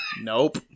Nope